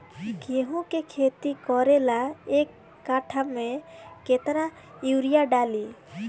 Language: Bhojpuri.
गेहूं के खेती करे ला एक काठा में केतना युरीयाँ डाली?